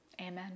amen